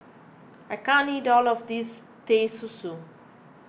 I can't eat all of this Teh Susu